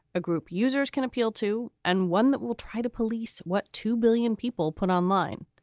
a group. users can appeal to and one that will try to police what two billion people put online.